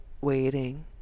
Waiting